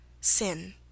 Sin